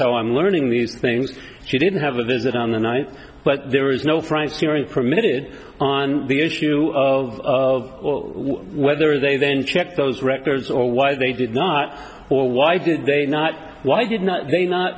how i'm learning these things she didn't have a visit on the night but there is no frank cheering permitted on the issue of whether they then checked those records or why they did not or why did they not why did not they not